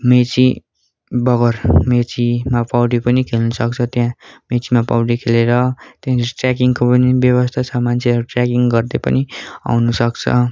मेची बगर मेचीमा पौडी पनि खेल्नु सक्छ त्यहाँ मेचीमा पौडी खेलेर त्यसपछि ट्रयाकिङको पनि व्यवस्था छ मान्छेहरू ट्रयाकिङ गर्दै पनि आउनु सक्छ